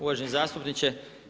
Uvaženi zastupniče.